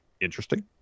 interesting